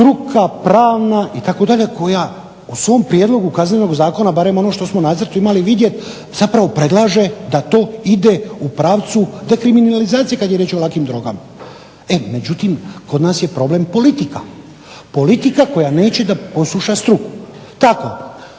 struka pravna itd. koja u svom prijedlogu Kaznenog zakona, barem ono što smo u nacrtu imali vidjeti, zapravo predlaže da to ide u pravcu dekriminalizacije kad je riječ o lakim drogama. E, međutim kod nas je problem politika, politika koja neće da posluša struku. Tako